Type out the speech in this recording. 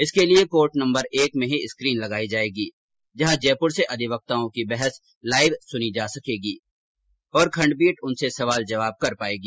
इसके लिए court number एक में ही स्क्रीन लगाई जाएगी जहां जयपुर से अधिवक्ताओं की बहस लाइव सुनी जा सकेगी और खंडपीठ उनसे सवाल जवाब भी कर पाएगी